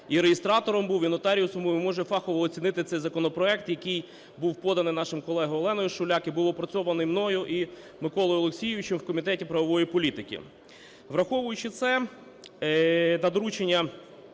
і реєстратором був, і нотаріусом, і можу фахово оцінити цей законопроект, який був поданий нашою колегою Оленою Шуляк. І був опрацьований мною і Миколою Олексійовичем в Комітеті правової політики. Враховуючи це та доручення